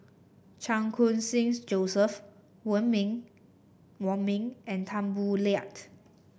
Chan Khun Sing Joseph Ming Wong Ming and Tan Boo Liat